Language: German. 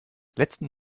letzten